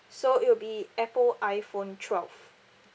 so it will be apple iphone twelve